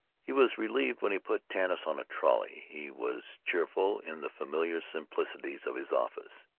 he was relieved when he put tanis on a trolley he was cheerful in the familiar simplicities of his office.